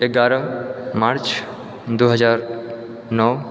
एगारह मार्च दू हजार नओ